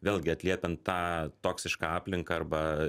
vėlgi atliepiant tą toksišką aplinką arba